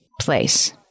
place